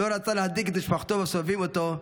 לא רצה להדאיג את משפחתו והסובבים אותו.